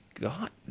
got